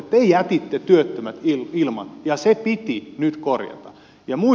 te jätitte työttömät ilman ja se piti nyt korjata